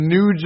New